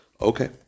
Okay